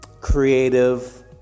creative